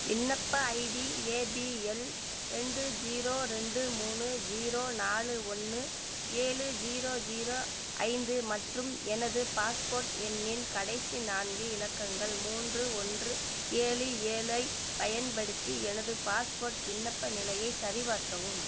விண்ணப்ப ID APL ரெண்டு zero ரெண்டு மூணு ஜீரோ நாலு ஒன்று ஏழு ஜீரோ ஜீரோ ஐந்து மற்றும் எனது பாஸ்போர்ட் எண்ணின் கடைசி நான்கு இலக்கங்கள் மூன்று ஒன்று ஏழு ஏழைப் பயன்படுத்தி எனது பாஸ்போர்ட் விண்ணப்ப நிலையை சரிபார்க்கவும்